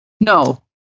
No